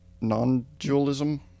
non-dualism